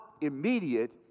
immediate